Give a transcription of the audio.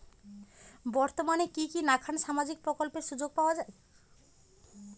বর্তমানে কি কি নাখান সামাজিক প্রকল্পের সুযোগ পাওয়া যায়?